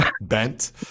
bent